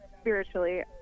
spiritually